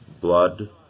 blood